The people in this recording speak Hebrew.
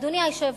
אדוני היושב-ראש,